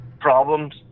problems